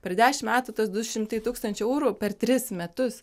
per dešimt metų tuos du šimtai tūkstančių eurų per tris metus